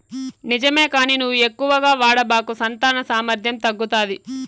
నిజమే కానీ నువ్వు ఎక్కువగా వాడబాకు సంతాన సామర్థ్యం తగ్గుతాది